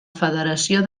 federació